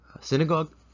synagogue